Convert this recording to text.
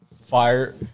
fire